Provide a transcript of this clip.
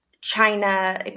China